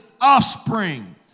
offspring